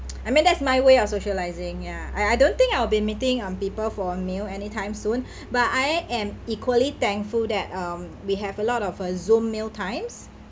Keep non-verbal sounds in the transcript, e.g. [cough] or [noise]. I mean that's my way of socialising ya I I don't think I'll be meeting on people for a meal anytime soon [breath] but I am equally thankful that um we have a lot of uh zoom mealtimes